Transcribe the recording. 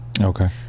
okay